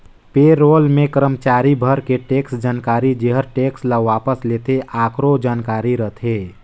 पे role मे करमाचारी भर के टेक्स जानकारी जेहर टेक्स ल वापस लेथे आकरो जानकारी रथे